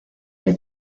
que